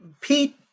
Pete